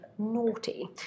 Naughty